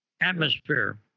atmosphere